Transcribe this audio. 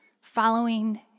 following